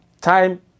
Time